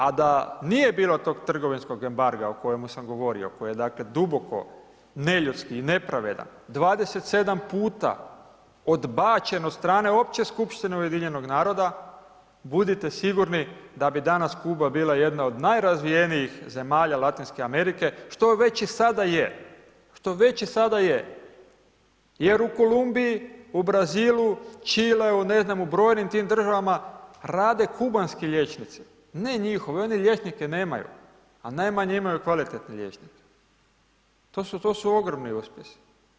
A da nije bilo tog trgovinskog embarga o kojemu sam govorio, koji je, dakle, duboko neljudski nepravedan, 27 puta odbačen od strane Opće skupštine Ujedinjenog naroda, budite sigurni da bi danas Kuba bila jedna od najrazvijenijih zemalja Latinske Amerike, što već i sada je, što već i sada je, jer u Kolumbiji, u Brazilu, Čileu, ne znam, u brojnim tim državama rade kubanski liječnici, ne njihovi, oni liječnike nemaju, a najmanje imaju kvalitetne liječnike, to su ogromni uspjesi.